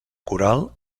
coral